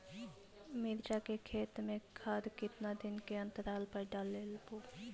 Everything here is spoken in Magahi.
मिरचा के खेत मे खाद कितना दीन के अनतराल पर डालेबु?